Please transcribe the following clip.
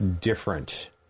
different